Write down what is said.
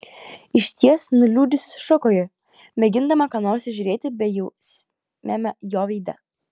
išties nuliūdusi sušuko ji mėgindama ką nors įžiūrėti bejausmiame jo veide